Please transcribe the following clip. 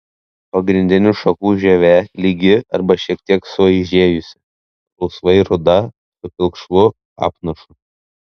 pagrindinių šakų žievė lygi arba šiek tiek suaižėjusi rausvai ruda su pilkšvu apnašu